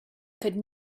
could